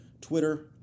Twitter